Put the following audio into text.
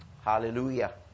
Hallelujah